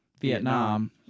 Vietnam